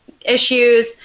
issues